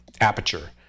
aperture